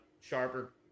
sharper